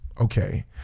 okay